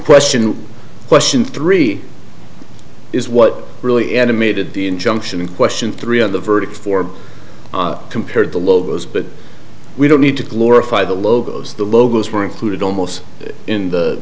question question three is what really animated the injunction in question three of the verdict for compared to logos but we don't need to glorify the logos the logos were included almost in the